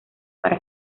para